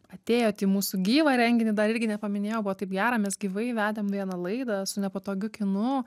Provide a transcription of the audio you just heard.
atėjot į mūsų gyvą renginį dar irgi nepaminėjau buvo taip gera mes gyvai vedėm vieną laidą su nepatogiu kinu